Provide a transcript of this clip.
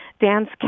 Dance